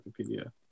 Wikipedia